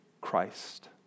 Christ